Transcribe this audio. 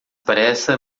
pressa